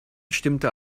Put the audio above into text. stimmte